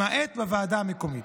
למעט בוועדה המקומית,